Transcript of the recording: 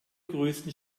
größten